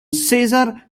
césar